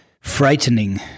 frightening